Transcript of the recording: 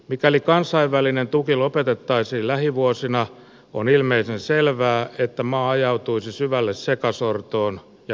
mikäli kansainvälinen tuki lopetettaisiin lähivuosina on ilmeisen selvää että maa ajautuisi syvälle sekasortoon ja konfliktiin